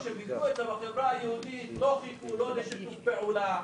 כשמיגרו את זה בחברה היהודית לא חיכו לשיתוף פעולה,